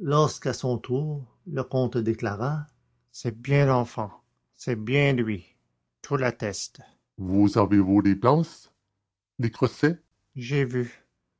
lorsqu'à son retour le comte déclara c'est bien l'enfant c'est bien lui tout l'atteste vous avez vu les planches le crochet j'ai vu